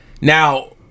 Now